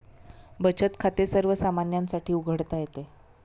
बचत खाते सर्वसामान्यांसाठी उघडता येते